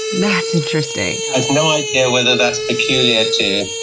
that's interesting. i have no idea whether that's peculiar to